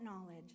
knowledge